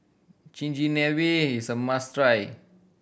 chigenabe is a must try